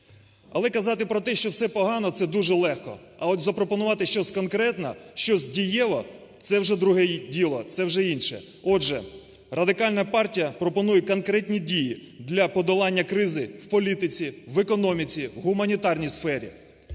Але казати про те, що все погано, це дуже легко, а от запропонувати щось конкретне, щось дієве – це вже друге діло, це вже інше. Отже, Радикальна партія пропонує конкретні дії для подолання кризи в політиці, в економіці, в гуманітарній сфері.